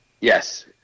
Yes